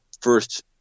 first